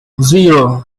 zero